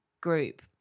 group